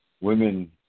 women